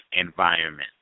environment